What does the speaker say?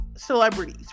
celebrities